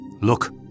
Look